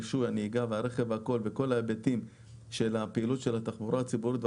הרישוי וכל ההיבטים של פעילות התחבורה הציבורית,